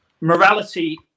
Morality